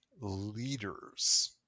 leaders